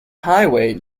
highway